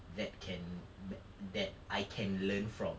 that can th~ that I can learn from